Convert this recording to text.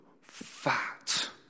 fat